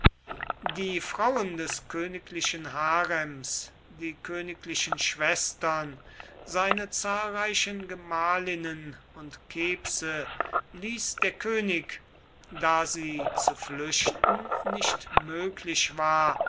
die frauen des königlichen harems die königlichen schwestern seine zahlreichen gemahlinnen und kebse ließ der könig da sie zu flüchten nicht möglich war